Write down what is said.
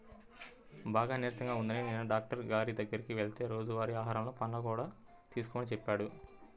బాగా నీరసంగా ఉందని నిన్న డాక్టరు గారి దగ్గరికి వెళ్తే రోజువారీ ఆహారంలో పండ్లను కూడా తీసుకోమని చెప్పాడు